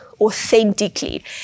authentically